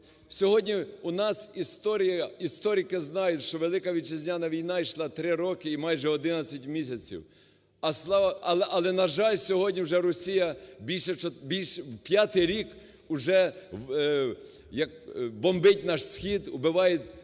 сьогодні у нас історики знають, що Велика Вітчизняна війна йшла 3 роки і майже 11місяців. Але, на жаль, сьогодні вже Росія більше… п'ятий рік уже як бомбить наш схід, убивають